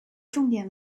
重点